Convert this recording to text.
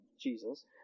Jesus